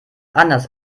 anders